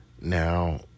Now